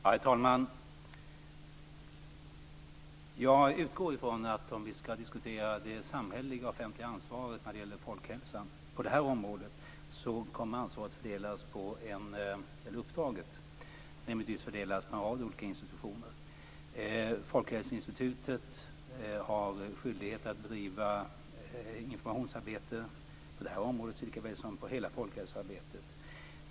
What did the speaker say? Herr talman! Jag utgår ifrån att om vi skall diskutera det samhälleliga offentliga ansvaret när det gäller folkhälsan på det här området så kommer uppdraget rimligtvis att fördelas mellan en rad olika institutioner. Folkhälsoinstitutet har skyldighet att bedriva informationsarbete på det här området likaväl som beträffande hela folkhälsoarbetet.